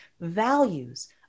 values